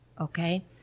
okay